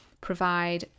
provide